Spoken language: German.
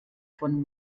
von